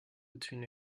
between